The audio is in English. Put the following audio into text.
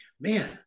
man